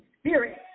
Spirit